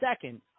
second